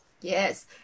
Yes